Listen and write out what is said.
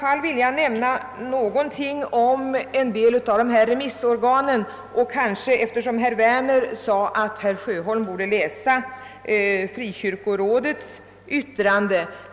Jag vill säga några ord om vissa av remissorganen eftersom herr Werner sade att herr Sjöholm borde läsa Sveriges frikyrkoråds yttrande.